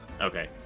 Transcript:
Okay